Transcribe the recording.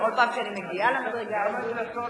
בכל פעם שאני מגיעה למדרגה הזאת,